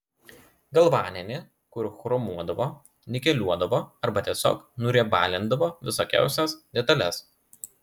galvaninį kur chromuodavo nikeliuodavo arba tiesiog nuriebalindavo visokiausias detales